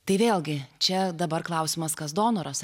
tai vėlgi čia dabar klausimas kas donoras